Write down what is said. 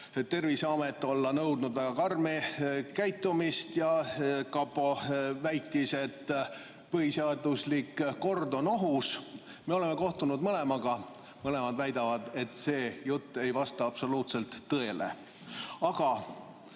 Terviseamet olla nõudnud väga karmi käitumist ja kapo väitis, et põhiseaduslik kord on ohus. Me oleme kohtunud mõlemaga, mõlemad väidavad, et see jutt ei vasta absoluutselt tõele. Aga